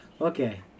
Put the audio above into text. Okay